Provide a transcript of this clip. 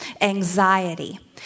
anxiety